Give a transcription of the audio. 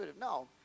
No